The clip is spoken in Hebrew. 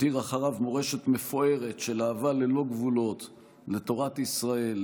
הותיר אחריו מורשת מפוארת של אהבה ללא גבולות לתורת ישראל,